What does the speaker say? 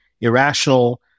irrational